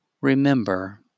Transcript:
Remember